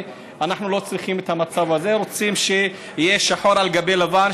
אנחנו לא צריכים את המצב הזה: רוצים שיהיה שחור על גבי לבן,